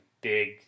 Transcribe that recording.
big